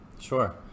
Sure